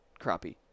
crappie